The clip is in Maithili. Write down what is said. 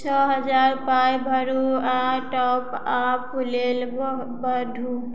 छओ हजार पाइ भरू आ टॉपअप लेल बढ़ू